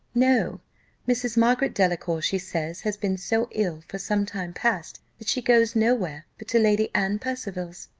no mrs. margaret delacour, she says, has been so ill for some time past, that she goes no where but to lady anne percival's.